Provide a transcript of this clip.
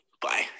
Bye